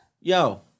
Yo